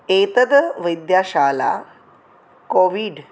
एतद्वैद्यशाला COVID